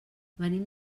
venim